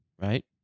right